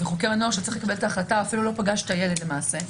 זה חוקר נוער שצריך לקבל את ההחלטה והוא אפילו לא פגש את הילד למעשה,